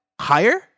Higher